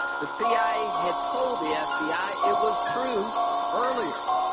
the c i a. had told the f b i. it was true earlier.